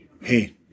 Hey